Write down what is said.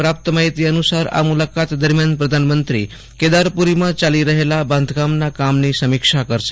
પ્રાપ્ત માહિતી અનુસાર આ મુલાકાત દરમિયાન પ્રધાનમંત્રી કેદારપુરીમાં ચાલી રહેલાં બાંધકામના કામની સમીક્ષા કરશે